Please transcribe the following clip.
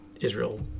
Israel